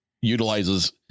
utilizes